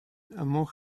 among